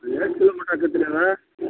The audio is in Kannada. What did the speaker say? ಎಷ್ಟು ಕಿಲೋಮೀಟ್ರ್ ಆಗತ್ ರೀ ಅದು